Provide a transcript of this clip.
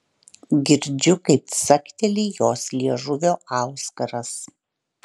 girdžiu kaip cakteli jos liežuvio auskaras